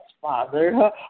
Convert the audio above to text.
Father